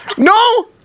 NO